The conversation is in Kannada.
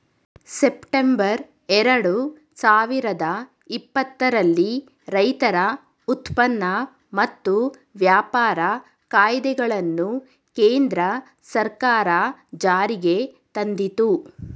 ಸೆಪ್ಟೆಂಬರ್ ಎರಡು ಸಾವಿರದ ಇಪ್ಪತ್ತರಲ್ಲಿ ರೈತರ ಉತ್ಪನ್ನ ಮತ್ತು ವ್ಯಾಪಾರ ಕಾಯ್ದೆಗಳನ್ನು ಕೇಂದ್ರ ಸರ್ಕಾರ ಜಾರಿಗೆ ತಂದಿತು